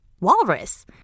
walrus